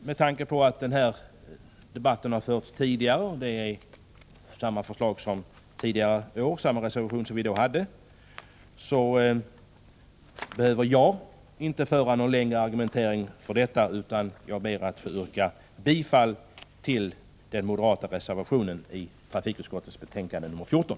Med tanke på att denna debatt har förts tidigare och att det är samma reservation som vi haft tidigare behöver jag inte föra någon längre argumentation, utan jag ber att få yrka bifall till den moderata reservationen i trafikutskottets betänkande 14.